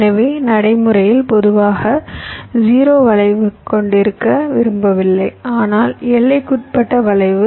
எனவே நடைமுறையில் பொதுவாக 0 வளைவுகளைக் கொண்டிருக்க விரும்பவில்லை ஆனால் எல்லைக்குட்பட்ட வளைவு